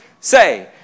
say